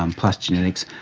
um plus genetics,